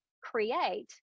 create